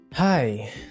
Hi